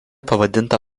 pavadinta